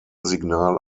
signal